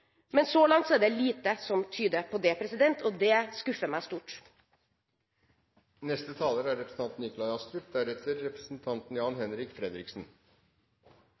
men så langt er det lite som tyder på det, og det skuffer meg stort. Det er